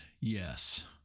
Yes